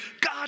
God